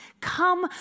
Come